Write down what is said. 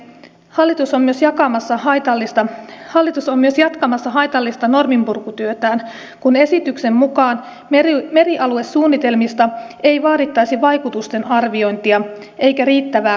hallitus on myös jatkamassa haitallista norminpurkutyötään kun esityksen mukaan merialuesuunnitelmista ei vaadittaisi vaikutusten arviointia eikä riittävää kuulemista